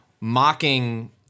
mocking